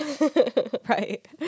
Right